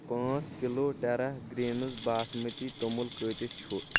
پانٛژھ کِلوٗ ٹٮ۪را گرٛیٖنز باسمتی توٚمُل قۭتِس چھ